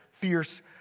Fierce